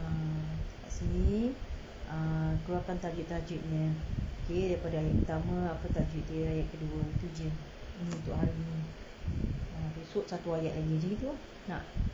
err kat sini err keluarkan tajwid tajwidnya okay daripada hari pertama tajwid dia itu jer ini untuk hari ni ah esok satu ayat macam gitu lah nak